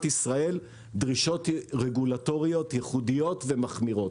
ישראל דרישות רגולטוריות ייחודיות ומחמירות.